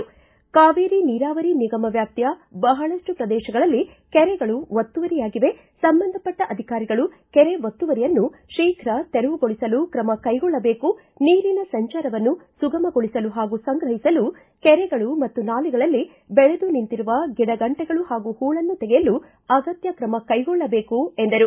ಕಾವೇರಿ ನೀರಾವರಿ ನಿಗಮ ವ್ಯಾಪ್ತಿಯ ಬಹಳಷ್ಟು ಪ್ರದೇಶಗಳಲ್ಲಿ ಕೆರೆಗಳು ಒತ್ತುವರಿಯಾಗಿವೆ ಸಂಬಂಧಪಟ್ಟ ಅಧಿಕಾರಿಗಳು ಕೆರೆ ಒತ್ತುವರಿಯನ್ನು ಶೀಘ ತೆರವುಗೊಳಿಸಲು ಕ್ರಮ ಕೈಗೊಳ್ಳಬೇಕು ನೀರಿನ ಸಂಚಾರವನ್ನು ಸುಗಮಗೊಳಿಸಲು ಹಾಗೂ ಸಂಗ್ರಹಿಸಲು ಕೆರೆಗಳು ಮತ್ತು ನಾಲೆಗಳಲ್ಲಿ ಬೆಳೆದು ನಿಂತಿರುವ ಗಿಡಗಂಟೆಗಳು ಹಾಗೂ ಹೂಳನ್ನು ತೆಗೆಯಲು ಅಗತ್ಯ ಕ್ರಮ ಕೈಗೊಳ್ಳಬೇಕು ಎಂದರು